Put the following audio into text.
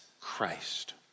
Christ